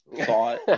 thought